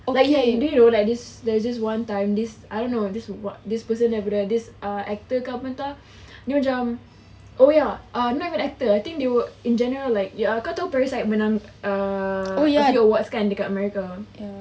like do you know like this there's this one time this I don't know this what this person daripada this uh are actor ke apa entah dia macam oh ya no no not even actor I think they were in general like kau tahu parasite menang uh a few awards kan dekat america